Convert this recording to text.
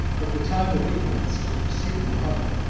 of the time of ignorance which preceded mahomet,